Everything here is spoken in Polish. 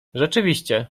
rzeczywiście